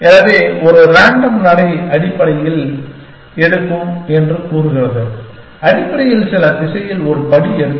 எனவே ஒரு ரேண்டம் நடை அடிப்படையில் எடுக்கும் என்று கூறுகிறது அடிப்படையில் சில திசையில் ஒரு படி எடுத்து